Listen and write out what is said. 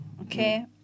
Okay